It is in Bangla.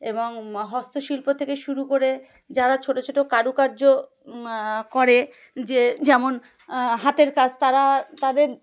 এবং হস্তশিল্প থেকে শুরু করে যারা ছোট ছোট কারুকার্য করে যে যেমন হাতের কাজ তারা তাদের